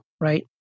right